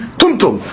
tumtum